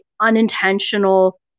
unintentional